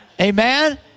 Amen